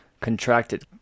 contracted